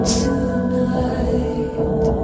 tonight